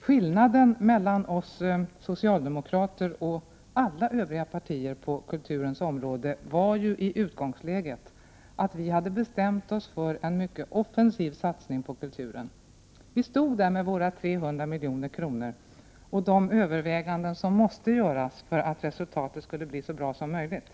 Skillnaden på kulturens område mellan oss socialdemokrater och alla Övriga partier var ju i utgångsläget att vi hade bestämt oss för en mycket offensiv satsning på kulturen. Vi stod där med våra 300 milj.kr. och de överväganden som måste göras för att resultatet skulle bli så bra som möjligt.